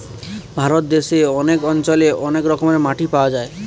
ভারত দেশে অনেক অঞ্চলে অনেক রকমের মাটি পাওয়া যায়